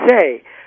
say